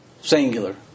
singular